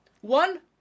One